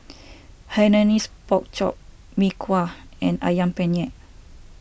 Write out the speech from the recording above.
Hainanese Pork Chop Mee Kuah and Ayam Penyet